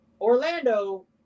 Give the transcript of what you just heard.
Orlando